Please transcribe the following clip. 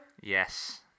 Yes